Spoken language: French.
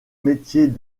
métiers